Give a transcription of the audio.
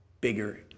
bigger